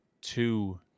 two